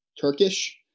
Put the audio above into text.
Turkish